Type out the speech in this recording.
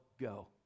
go